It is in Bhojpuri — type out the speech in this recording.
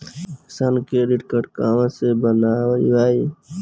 किसान क्रडिट कार्ड कहवा से बनवाई?